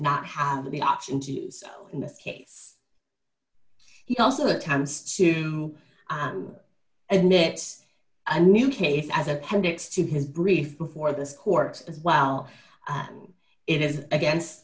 not have the option to use in this case he also attempts to admit a new case as appendix to his brief before this court as well it is against